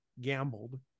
gambled